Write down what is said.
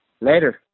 later